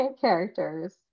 characters